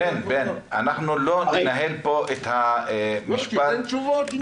בן, אנחנו לא ננהל פה את הדיון -- שייתן תשובות.